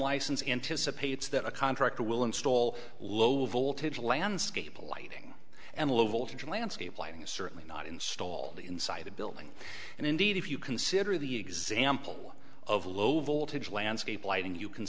license anticipates that a contractor will install a low voltage landscape a light and low voltage landscape lighting is certainly not installed inside the building and indeed if you consider the example of low voltage landscape lighting you can